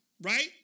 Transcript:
right